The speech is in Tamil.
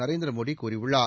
நரேந்திரமோடி கூறியுள்ளார்